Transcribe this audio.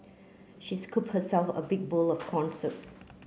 she scooped herself a big bowl of corn soup